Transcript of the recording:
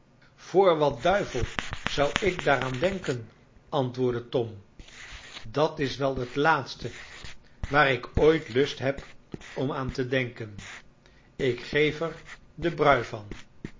voor wat duivel zou ik daaraan denken antwoordde tom dat is wel het laatste waar ik ooit lust heb om aan te denken ik geef er den brui van